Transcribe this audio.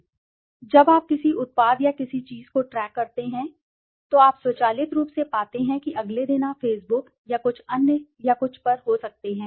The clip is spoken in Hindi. जब आप किसी उत्पाद या किसी चीज़ को ट्रैक करते हैं तो आप स्वचालित रूप से पाते हैं कि अगले दिन आप फेसबुक या कुछ अन्य या कुछ पर हो सकते हैं